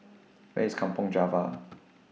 Where IS Kampong Java